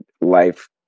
life